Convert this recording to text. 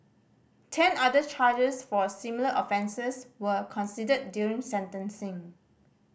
ten other charges for similar offences were considered during sentencing